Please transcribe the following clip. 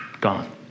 gone